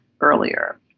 earlier